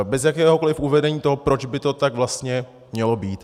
Bez jakéhokoliv uvedení toho, proč by to tak vlastně mělo být.